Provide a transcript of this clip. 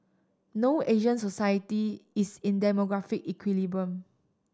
no Asian society is in demographic equilibrium